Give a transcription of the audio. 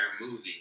movie